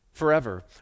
forever